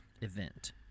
event